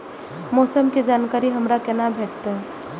मौसम के जानकारी हमरा केना भेटैत?